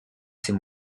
ses